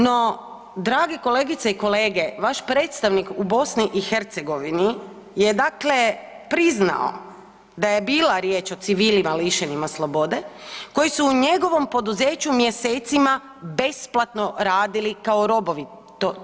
No, dragi kolegice i kolege vaš predstavnik u BiH je dakle priznao da je bila riječ o civilima lišenima slobode koji su u njegovom poduzeću mjesecima besplatno radili kao robovi.